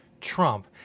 Trump